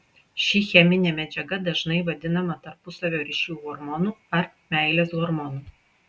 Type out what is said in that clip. ši cheminė medžiaga dažnai vadinama tarpusavio ryšių hormonu ar meilės hormonu